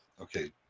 okay